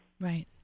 Right